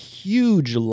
huge